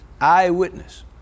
eyewitness